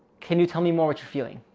can you tell me more what you're feeling,